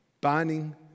binding